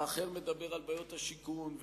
האחר מדבר על בעיות השיכון,